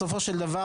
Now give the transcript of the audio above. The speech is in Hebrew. בסופו של דבר,